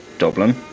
Dublin